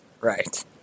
right